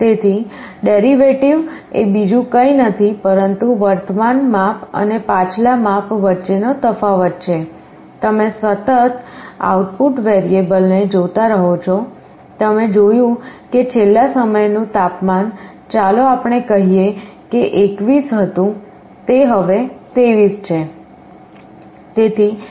તેથી ડેરિવેટિવ એ બીજું કંઈ નથી પરંતુ વર્તમાન માપ અને પાછલા માપ વચ્ચેનો તફાવત છે તમે સતત આઉટપુટ વેરીએબલને જોતા રહો છો તમે જોયું કે છેલ્લા સમયનું તાપમાન ચાલો આપણે કહીએ કે 21 હતું તે હવે 23 છે